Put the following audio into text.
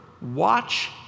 watch